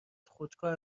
خودکار